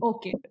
Okay